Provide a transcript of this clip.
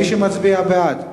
מי שמצביע בעד,